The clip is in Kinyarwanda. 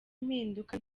impinduka